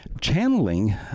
Channeling